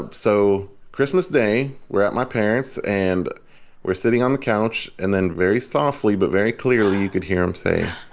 ah so christmas day, we're at my parents', and we're sitting on the couch, and then very softly but very clearly, you could hear him saying,